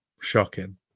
Shocking